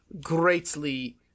greatly